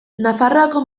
nafarroako